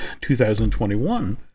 2021